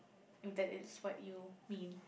that is what you mean